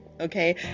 okay